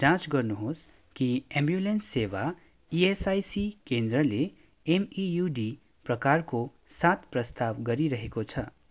जाँच गर्नुहोस् कि एम्बुलेन्स सेवा ई एस आई सी केन्द्रले एमइयुडी प्रकारको साथ प्रस्ताव गरिरहेको छ